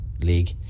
league